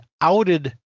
outed